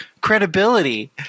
credibility